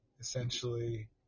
essentially